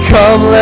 Come